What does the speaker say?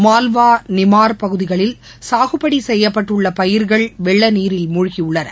மால்வா நிமார் பகுதிகளில் சாகுபடிசெய்யப்பட்டுள்ளபயிர்கள் வெள்ளநீரில் மூழ்கியுள்ளன